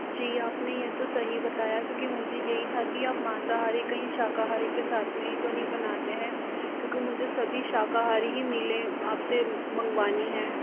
जी आपने ये तो सही बताया क्योंकि मुझे यही था की आप मांसाहारी कहीं शाकाहारी के साथ में तो ही नहीं बनाते है क्योंकि मुझे सभी शाकाहारी मीलें आपसे मंगवानी हैं